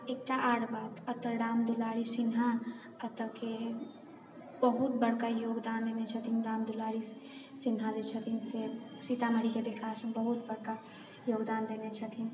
आ एकटा आओर बात एतऽ राम दुलारी सिन्हा एतऽके बहुत बड़का योगदान देने छथिन राम दुलारी सिन्हा जे छथिन से सीतामढ़ीके विकासमे बहुत बड़का योगदान देने छथिन